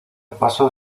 paso